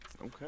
Okay